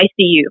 ICU